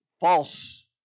false